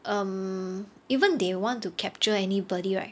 um even they want to capture anybody right